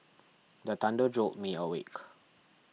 the thunder jolt me awake